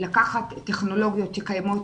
לקחת טכנולוגיות שקיימות,